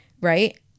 Right